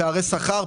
פערי שכר,